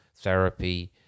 therapy